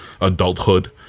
adulthood